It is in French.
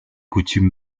coutumes